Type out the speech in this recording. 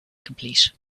complete